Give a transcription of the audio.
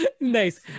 Nice